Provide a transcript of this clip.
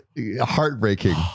heartbreaking